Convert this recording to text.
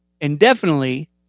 indefinitely